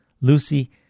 Lucy